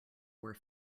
were